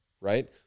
right